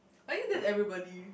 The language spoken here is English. I mean that's everybody